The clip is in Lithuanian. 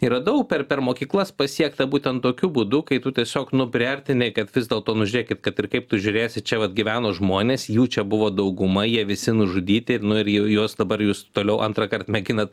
yra daug per per mokyklas pasiekta būtent tokiu būdu kai tu tiesiog nu priartini kad vis dėlto nu žiūrėkit kaip kad ir kaip tu žiūrėsi čia vat gyveno žmonės jų čia buvo dauguma jie visi nužudyti ir nu ir jau juos dabar jūs toliau antrąkart mėginat